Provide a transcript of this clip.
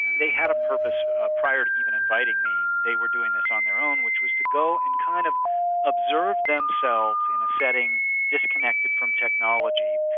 they had a purpose prior to even inviting me. they were doing this on their own, which was to go and kind of observe themselves in a setting disconnected from technology,